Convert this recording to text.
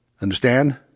Understand